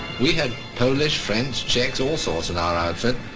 we had polish, french, czechs, all sorts in our outfit.